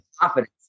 confidence